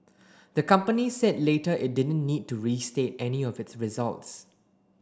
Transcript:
the company said later it didn't need to restate any of its results